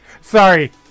Sorry